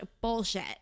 bullshit